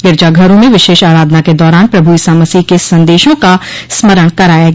गिरिजाघरों में विशेष आराधना के दौरान प्रभु ईसा मसीह के संदेशों का स्मरण कराया गया